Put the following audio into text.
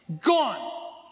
Gone